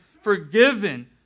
forgiven